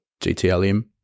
GTLM